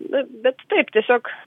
na bet taip tiesiog